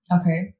Okay